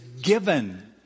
given